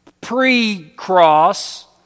pre-cross